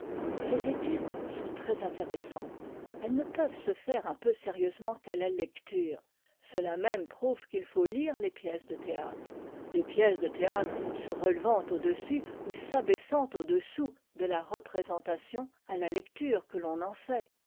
ces études sont très intéressantes elles ne se peuvent faire un peu sérieusement qu'à la lecture cela même prouve qu'il faut lire les pièces de théâtre les pièces de théâtre se relevant au-dessus ou s'abaissant au-dessous de la représentation à la lecture que l'on en fait